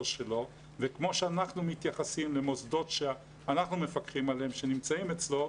שלו וכמו שאנחנו מתייחסים למוסדות שאנחנו מפקחים עליהם שנמצאים אצלו,